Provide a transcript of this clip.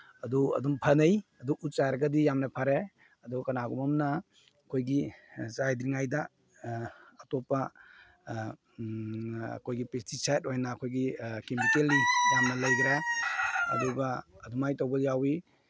ꯑꯗꯨ ꯑꯗꯨꯝ ꯐꯅꯩ ꯑꯗꯨ ꯎꯠ ꯆꯥꯏꯔꯒꯗꯤ ꯌꯥꯝꯅ ꯐꯔꯦ ꯑꯗꯨ ꯀꯅꯥꯒꯨꯝꯕ ꯑꯃꯅ ꯑꯩꯈꯣꯏꯒꯤ ꯆꯥꯏꯗ꯭ꯔꯤꯉꯩꯗ ꯑꯇꯣꯞꯄ ꯑꯩꯈꯣꯏꯒꯤ ꯄꯦꯁꯇꯤꯁꯥꯏꯠ ꯑꯣꯏꯅ ꯑꯩꯈꯣꯏꯒꯤ ꯀꯦꯃꯤꯀꯦꯜꯂꯤ ꯌꯥꯝꯅ ꯂꯩꯒꯔꯦ ꯑꯗꯨꯒ ꯑꯗꯨꯃꯥꯏꯅ ꯇꯧꯕ ꯌꯥꯎꯋꯤ